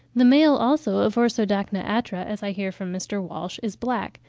the male, also, of orsodacna atra, as i hear from mr. walsh, is black,